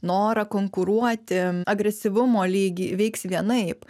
norą konkuruoti agresyvumo lygį veiks vienaip